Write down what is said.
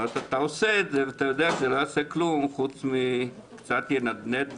אתה עושה את זה ואתה יודע שזה לא יעשה כלום חוץ מקצת ינדנד וירגיז,